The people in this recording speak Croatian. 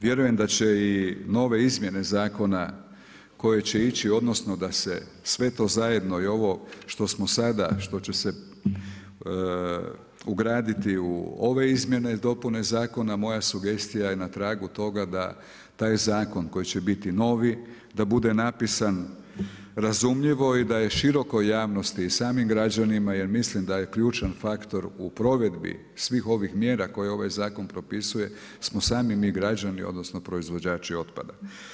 Vjerujem da će i nove izmjene zakona koje će ići, odnosno da se sve to zajedno i ovo što smo sada, što će se ugraditi u ove izmjene i dopune zakona, moja sugestija je na tragu toga taj zakon koji će biti novi da bude napisan razumljivo i da je širokoj javnosti i samim građanima, jer mislim da je ključan faktor u provedbi svih ovih mjera koje ovaj zakon pripisuje smo sami mi građani odnosno proizvođači otpada.